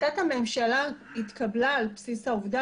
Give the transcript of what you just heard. החלטת הממשלה התקבלה על בסיס העובדה,